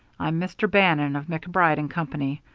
i'm mr. bannon, of macbride and company.